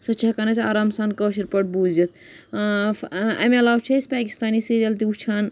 سۄ چھِ ہٮ۪کان أسۍ آرام سان کٲشِر پٲٹھۍ بوٗزِتھ اَمہِ علاوٕ چھِ أسۍ پٲکِستٲنی سیٖریل تہِ وٕچھان